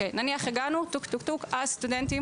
נניח הגענו אה, סטודנטים